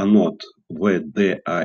anot vdai